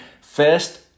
First